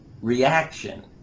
reaction